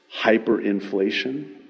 hyperinflation